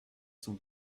son